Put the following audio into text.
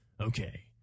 Okay